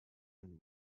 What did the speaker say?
and